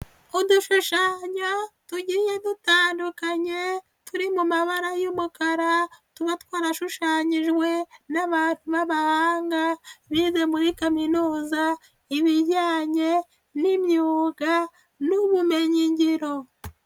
Udushushanyo tugiye dutandukanye turi mu mabara y'umukara tuba twarashushanyijwe n'abantu b'abahanga, bize muri kaminuza ibijyanye n'imyuga n'ubumenyigiro.